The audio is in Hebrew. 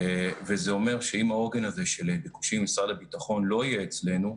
וזה אומר שאם העוגן הזה של ביקושים ממשרד הביטחון לא יהיה אצלנו,